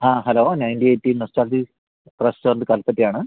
ആ hello ninety eighty nostalgic restaurant കല്പറ്റയാണ്